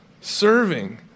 serving